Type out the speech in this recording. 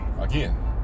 again